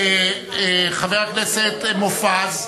חבר הכנסת מופז,